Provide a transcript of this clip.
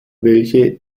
welche